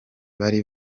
bari